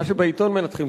מה שבעיתון מנתחים.